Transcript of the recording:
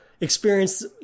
experience